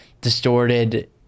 distorted